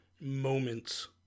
moments